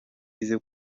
ize